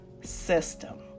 system